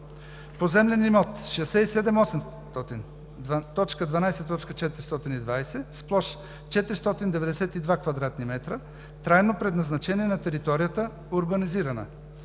Поземлен имот № 67800.12.420 с площ 492 кв. м, трайно предназначение на територията: урбанизирана,